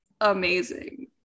amazing